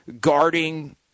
guarding